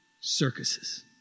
circuses